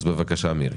אז בבקשה, מירי.